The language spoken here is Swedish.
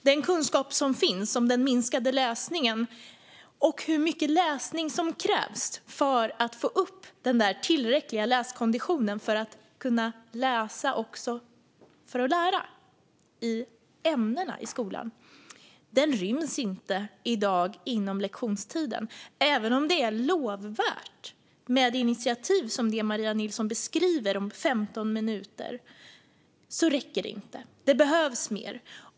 Det finns kunskap om den minskade läsningen och om hur mycket läsning som krävs för att få upp den tillräckliga läskonditionen för att kunna läsa också för att lära i ämnena i skolan. Den läsningen ryms inte inom lektionstiden i dag. Även om det är lovvärt med initiativ om 15 minuters läsning, som det Maria Nilsson beskriver, räcker det inte. Det behövs mer.